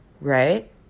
right